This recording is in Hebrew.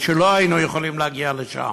כשלא היינו יכולים להגיע לשם.